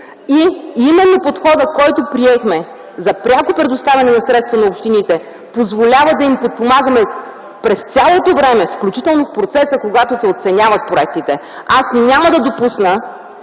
и именно подхода, който приехме – за пряко предоставяне на средства на общините, позволява да ги подпомагаме през цялото време, включително в процеса, когато се оценяват проектите. Няма да допусна